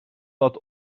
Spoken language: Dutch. dat